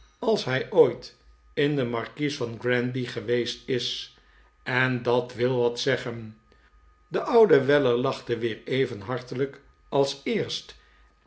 als hij ooit in de markies van granby geweest is en dat wil wat zeggen de oude weller lachte weer even hartelijk als eerst